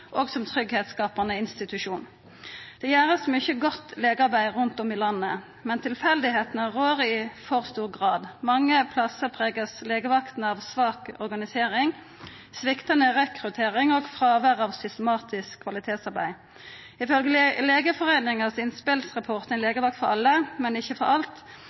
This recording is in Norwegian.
og som tryggleiksskapande institusjon. Det vert gjort mykje godt legearbeid rundt om i landet, men det er for mykje som er tilfeldig. Mange plassar vert legevaktene prega av svak organisering, sviktande rekruttering og eit fråvær av systematisk kvalitetsarbeid. Ifølgje Legeforeininga sin innspelsrapport «En legevakt for alle, men ikke for alt»